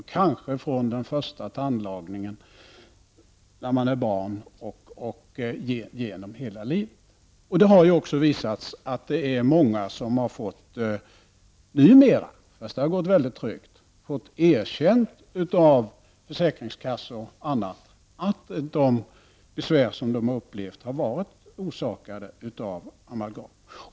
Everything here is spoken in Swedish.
Detta kanske man har gjort sedan man som barn fick den första tandlagningen och genom hela livet. Det har ju också visat sig att många människor numera, men det har gått mycket trögt, fått erkänt av försäkringskassor och andra att de besvär som de har upplevt har orsakats av amalgam.